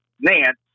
Nance